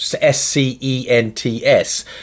S-C-E-N-T-S